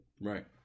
right